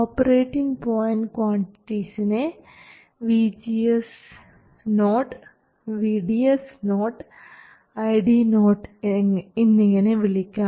operating point ക്വാണ്ടിറ്റിസിനെ VGS0 VDS0 ID0 ഇങ്ങനെ വിളിക്കാം